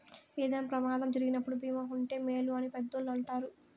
ఏదైనా ప్రమాదం జరిగినప్పుడు భీమా ఉంటే మేలు అని పెద్దోళ్ళు అంటారు